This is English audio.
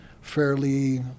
fairly